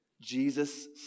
Jesus